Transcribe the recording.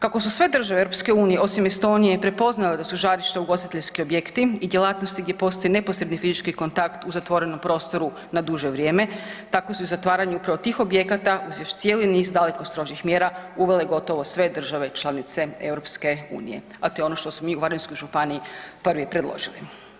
Kako su sve države EU osim Estonije prepoznale da su žarišta ugostiteljski objekti i djelatnosti gdje postoji neposredni fizički kontakt u zatvorenom prostoru na duže vrijeme, tako su i zatvaranje upravo tih objekata uz još cijeli niz daleko strožih mjera uvele gotovo sve države članice EU, a to je ono što smo mi u Varaždinskoj županiji prvi predložili.